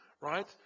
right